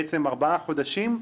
בעצם ארבעה חודשים,